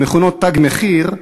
המכונות "תג מחיר",